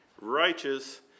righteous